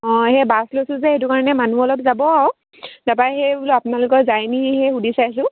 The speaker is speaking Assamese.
অঁ সেই বাছ লৈছোঁ যে সেইটো কাৰণে মানুহ অলপ যাব আৰু তাৰপৰা সেই বোলো আপোনালোকৰ যায় নি সেই সুধি চাইছোঁ